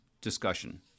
discussion